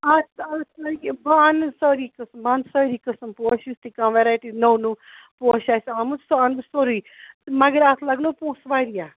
اَتھ سالس لگہِ بہٕ اَنہٕ سٲری قٕسٕم بہٕ اَنہٕ سٲری قٕسٕم پوش یُس تہِ کانٛہہ ویٚریٹی نوٚو نوٚو پوش آسہِ آمُت سُہ اَنہٕ بہٕ سورُے تہٕ مگر اَتھ لگنو پونٛسہٕ واریاہ